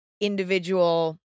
individual